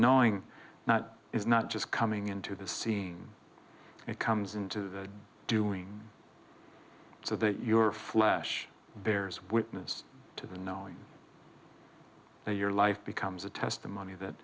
knowing not is not just coming into the scene it comes into the doing so that your flesh bears witness to the knowing that your life becomes a testimony that